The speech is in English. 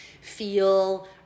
feel